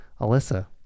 Alyssa